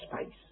space